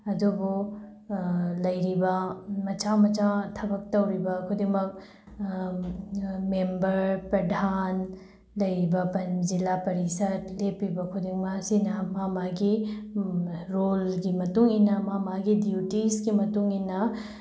ꯑꯗꯨꯕꯨ ꯂꯩꯔꯤꯕ ꯃꯆꯥ ꯃꯆꯥ ꯊꯕꯛ ꯇꯧꯔꯤꯕ ꯈꯨꯗꯤꯡꯃꯛ ꯃꯦꯝꯕꯔ ꯄ꯭ꯔꯙꯥꯟ ꯂꯩꯔꯤꯕ ꯖꯤꯂꯥꯄꯔꯤꯁꯠ ꯂꯦꯞꯄꯤꯕ ꯈꯤꯗꯤꯡꯃꯛ ꯑꯁꯤꯅ ꯃꯥꯒꯤ ꯃꯥꯒꯤ ꯔꯣꯜꯒꯤ ꯃꯇꯨꯡ ꯏꯟꯅ ꯃꯥꯒꯤ ꯃꯥꯒꯤ ꯗ꯭ꯌꯨꯇꯤꯁꯀꯤ ꯃꯇꯨꯡ ꯏꯟꯅ